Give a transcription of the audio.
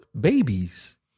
babies